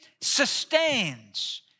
sustains